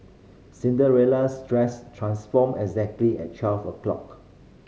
Cinderella's dress transformed exactly at twelve o'clock